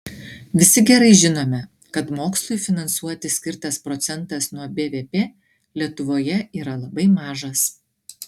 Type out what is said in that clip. visi gerai žinome kad mokslui finansuoti skirtas procentas nuo bvp lietuvoje yra labai mažas